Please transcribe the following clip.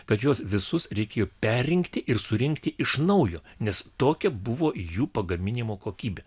kad juos visus reikėjo perrinkti ir surinkti iš naujo nes tokia buvo jų pagaminimo kokybė